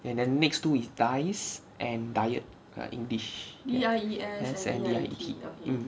and then next two is dies and diet err english E S and D I E T